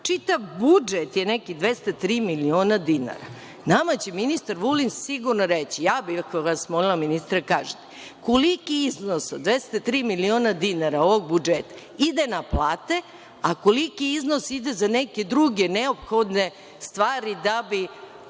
Čitav budžet je nekih 203 miliona dinara. Nama će ministar Vulin sigurno reći, ja bih vas molila ministre da kažete, koliki iznos od 203 miliona dinara ovog budžeta ide na plate, a koliki iznos ide za neke druge neophodne stvari da bi